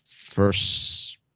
first